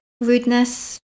Rudeness